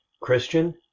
Christian